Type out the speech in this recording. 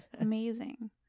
amazing